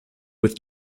with